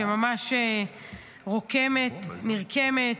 שממש נרקמת.